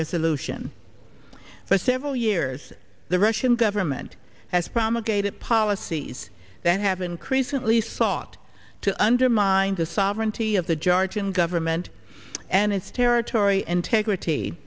resolution for several years the russian government has promulgated policies that have increasingly sought to undermine the sovereignty of the georgian government and its territory integrity